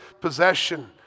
possession